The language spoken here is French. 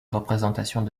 représentations